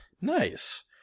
Nice